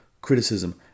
criticism